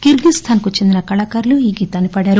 Kyrgyzstan కి చెందిన కళాకారులు ఈ గీతాన్ని పాడారు